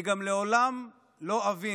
אני גם לעולם לא אבין